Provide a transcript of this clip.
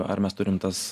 ar mes turim tas